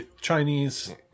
Chinese